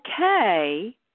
okay